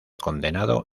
condenado